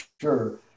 sure